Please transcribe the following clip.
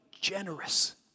generous